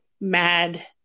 mad